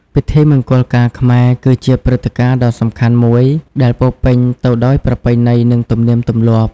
ពិធីមង្គលការខ្មែរ គឺជាព្រឹត្តិការណ៍ដ៏សំខាន់មួយដែលពោរពេញទៅដោយប្រពៃណី និងទំនៀមទម្លាប់។